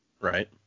Right